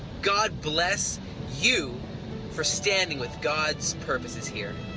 god bless you for standing with god's purposes here.